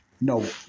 No